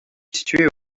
située